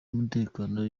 y’umutekano